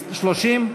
הסתייגות 30,